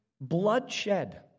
bloodshed